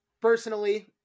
personally